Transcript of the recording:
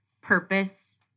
Purpose